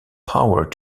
power